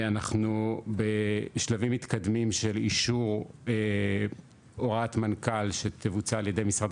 אנחנו בשלבים מתקדמים של אישור הוראת מנכ"ל שתבוצע על ידי משרד